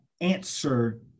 answer